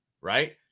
right